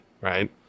right